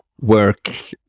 work